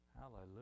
Hallelujah